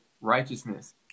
righteousness